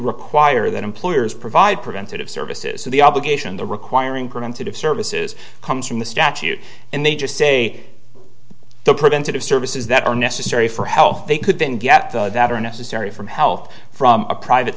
require that employers provide preventative services so the obligation the requiring preventative services comes from the statute and they just say the preventative services that are necessary for health they could then get that are necessary from health from a private